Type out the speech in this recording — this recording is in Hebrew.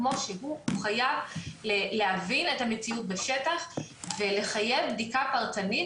כמו שהוא הוא חייב להבין את המציאות בשטח ולחייב בדיקה פרטנית.